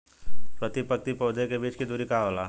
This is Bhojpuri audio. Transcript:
प्रति पंक्ति पौधे के बीच के दुरी का होला?